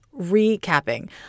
recapping